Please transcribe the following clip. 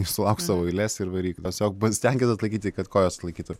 išsilauk savo eiles ir varyk tiesiog bet stenkitės laikyti kad kojos laikytų